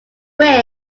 win